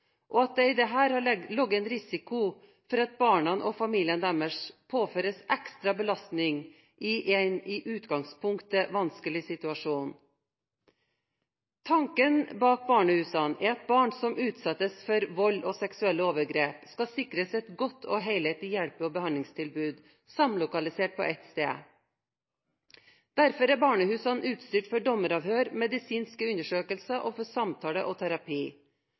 og at det i dette har ligget en risiko for at barna og familiene deres påføres ekstrabelastninger i en i utgangspunktet vanskelig situasjon. Tanken bak barnehusene er at barn som utsettes for vold og seksuelle overgrep, skal sikres et godt og helhetlig hjelpe- og behandlingstilbud samlokalisert på ett sted. Derfor er barnehusene utstyrt for dommeravhør, medisinsk undersøkelse og samtale og terapi.